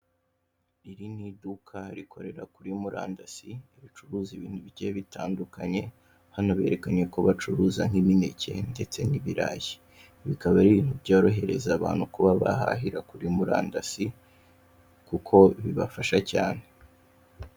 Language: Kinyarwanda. Iri ni iduka rikorera kuri murandasi ricuruza ibintu bigiye bitandukanye. Hano berekanye ko bacuruza nk'imineke ndetse n'ibirayi . Bikaba ari ibintu byorohereza abantu kuba bahahira kuri murandasi Kuko bibafasha cyane.